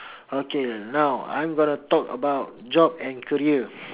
okay now I'm going to talk about job and career